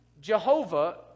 Jehovah